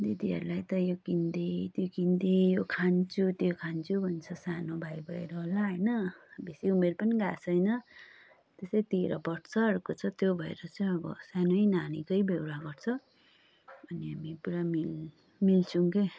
दिदीहरूलाई त यो किन्दे त्यो किन्दे यो खान्छु त्यो खान्छु भन्छ सानो भाइ भएर होला होइन बेसि उमेर पनि गएको छैन त्यस्तै तेह्र बर्षहरूको छ त्यो भएर चाहिँ अब सानै नानीको बेहोरा गर्छ अनि हामी पुरा मिल मिल्छौँ क्या